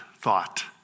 thought